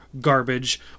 garbage